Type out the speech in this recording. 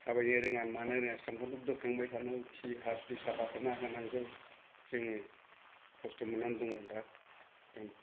थाबायनो रोङा मानोबो रोङा सामफ्रोमबो बोखांबाय थानांगौ खि हासुदै साफा खालामनानै होनांगौ जोङो खस्त' मोननानै दङ दा जों